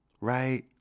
right